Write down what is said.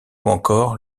encore